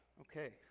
Okay